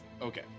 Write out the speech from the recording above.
Okay